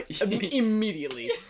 immediately